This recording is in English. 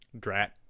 Drat